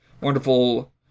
wonderful